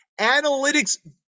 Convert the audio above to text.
analytics